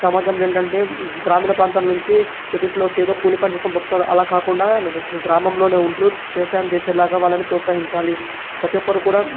సమాజం ఏంటంటే గ్రామీణ ప్రాంతాల నుంచి దృష్టిలో వచ్చి ఏదో కూలి పని చేసుకుని బతకాల అలా కాకుండా గ్రామంలోనే ఉంటూ వ్యవసాయం చేసేలాగా వాళ్ళని ప్రోత్సహించాలి ప్రతి ఒక్కరూ కూడా